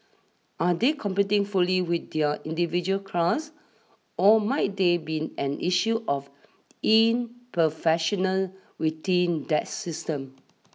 are they competing fully within their individual class or might that be an issue of imperfection within that system